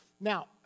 Now